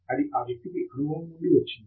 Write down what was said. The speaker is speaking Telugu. అది ఆ వ్యక్తికి అనుభవం నుండి వచ్చింది